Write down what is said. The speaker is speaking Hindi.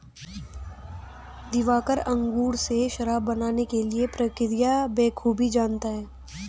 दिवाकर अंगूर से शराब बनाने की प्रक्रिया बखूबी जानता है